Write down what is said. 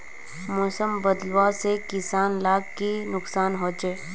मौसम बदलाव से किसान लाक की नुकसान होचे?